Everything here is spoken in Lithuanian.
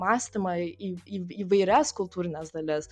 mąstymą į į įvairias kultūrines dalis